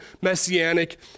messianic